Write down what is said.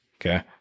Okay